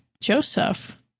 Joseph